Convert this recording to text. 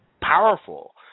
powerful